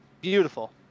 beautiful